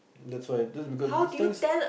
that's why just because of things